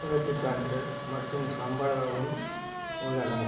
பிறப்புச் சான்றிதழ் மற்றும் சம்பள விவரம் உள்ளன